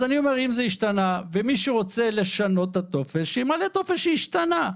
אז אני אומר שאם זה השתנה ומי שרוצה לשנות את הטופס שימלא טופס שהשתנה,